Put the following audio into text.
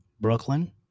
Brooklyn